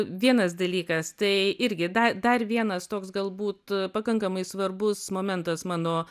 vienas dalykas tai irgi dar dar vienas toks galbūt pakankamai svarbus momentas mano